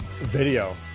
video